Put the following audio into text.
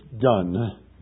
done